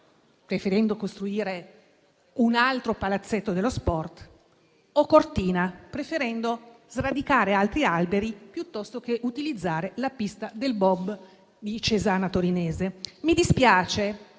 preferendo costruire un altro palazzetto dello sport; o Cortina, preferendo sradicare altri alberi piuttosto che utilizzare la pista del bob di Cesana Torinese. Mi dispiace,